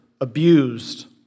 abused